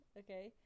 okay